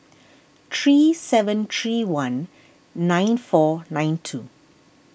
three seven three one nine four nine two